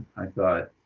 i thought